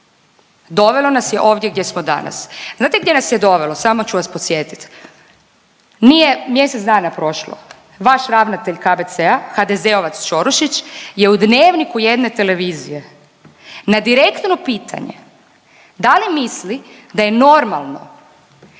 dovelo nas je ovdje gdje smo danas. Znate gdje nas je dovelo samo ću vas podsjetiti. Nije mjesec dana prošlo, vaš ravnatelj KBC-a HDZ-ovac Čorušić je u dnevniku jedne televizije na direktno pitanje da li misli da je normalno